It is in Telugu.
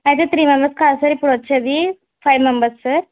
అయితే త్రీ మెంబర్స్ కాదు సార్ ఇప్పుడు వచ్చేది ఫైవ్ మెంబర్స్ సార్